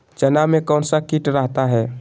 चना में कौन सा किट रहता है?